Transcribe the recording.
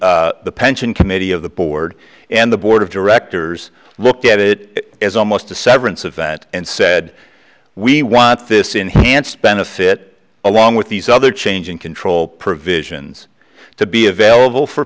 both the pension committee of the board and the board of directors looked at it as almost a severance event and said we want this enhanced benefit along with these other changing control provisions to be available for